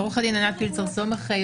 עורכת הדין ענת פילצר סומך,